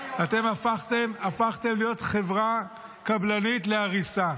אתם הפכתם להיות חברה קבלנית להריסה.